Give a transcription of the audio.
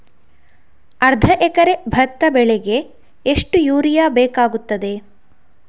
ಅರ್ಧ ಎಕರೆ ಭತ್ತ ಬೆಳೆಗೆ ಎಷ್ಟು ಯೂರಿಯಾ ಬೇಕಾಗುತ್ತದೆ?